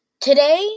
today